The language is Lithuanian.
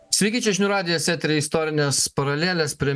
sveiki čia žinių radijas etery istorinės paralelės prie